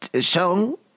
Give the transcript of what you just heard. song